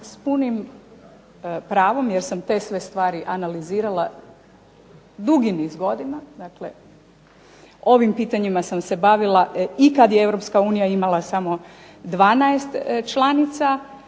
s punim pravom jer sam te sve stvari analizirala dugi niz godina, ovim pitanjima sam se bavila i kada je Europska unija imala samo 12 članica,